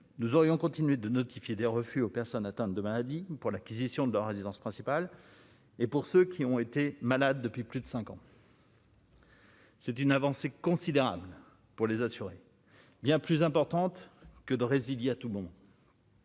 nous aurions continué de notifier des refus aux personnes atteintes de maladies pour l'acquisition de la résidence principale et pour ceux qui ont été malades depuis plus de 5 ans. C'est une avancée considérable pour les assurés, bien plus importante que de résilier à tout bon.